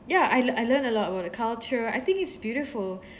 ya I lea~ I learned a lot about the culture I think it's beautiful